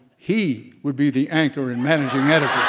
he would be the anchor and managing